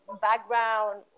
background